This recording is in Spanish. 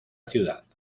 ciudad